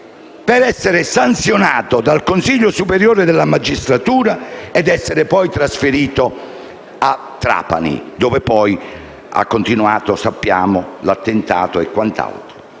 per essere sanzionato dal Consiglio superiore della magistratura ed essere poi trasferito a Trapani, dove poi ha continuato la sua attività subendo